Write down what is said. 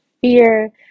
fear